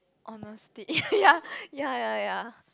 honestly ya ya ya ya ya